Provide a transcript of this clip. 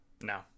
no